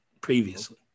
previously